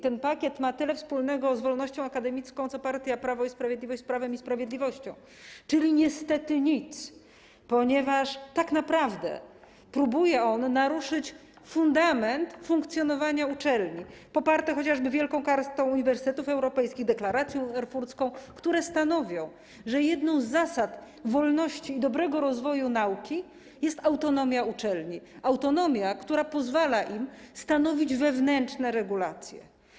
Ten pakiet ma tyle wspólnego z wolnością akademicką, co partia Prawo i Sprawiedliwość z prawem i sprawiedliwością, czyli niestety nic, ponieważ tak naprawdę próbuje on naruszyć fundament funkcjonowania uczelni, poparty chociażby Wielką Kartą Uniwersytetów Europejskich i Deklaracją Erfurcką, które stanowią, że jedną z zasad wolności i dobrego rozwoju nauki jest autonomia uczelni, autonomia, która pozwala im stanowić wewnętrzne regulacje.